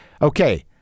Okay